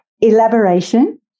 elaboration